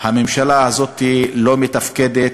הממשלה הזאת לא מתפקדת.